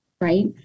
right